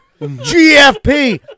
GFP